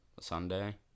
Sunday